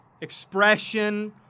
expression